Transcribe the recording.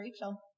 Rachel